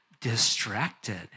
Distracted